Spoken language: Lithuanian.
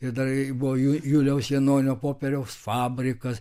ir dar buvo jų juliaus janonio popieriaus fabrikas